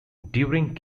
during